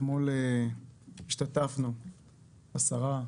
אתמול השתתפנו, השרה,